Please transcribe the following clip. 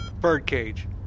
Birdcage